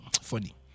funny